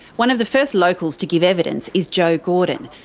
one of the first locals to give evidence is joe gordon.